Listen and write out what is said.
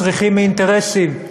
שמסריחים מאינטרסים,